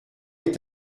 est